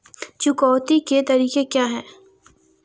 चुकौती के तरीके क्या हैं?